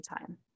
time